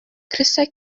crysau